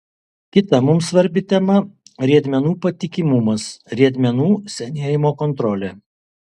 kita mums svarbi tema riedmenų patikimumas riedmenų senėjimo kontrolė